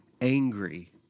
angry